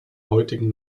heutigen